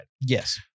yes